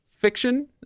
fiction